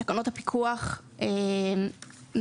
תקנות הפיקוח מחייבות